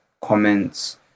comments